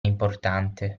importante